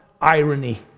Irony